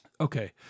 Okay